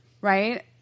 right